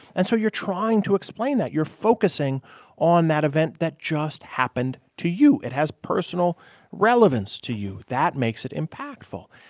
and so you're trying to explain that. you're focusing on that event that just happened to you. it has personal relevance to you that makes it impactful,